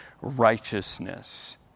righteousness